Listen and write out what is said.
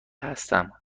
هستم